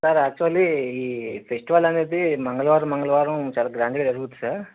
sir actually ఈ festival అనేది మంగళవారం మంగళవారం చాలా గ్రాండ్ గా జరుగుతుంది సార్